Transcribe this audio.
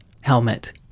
helmet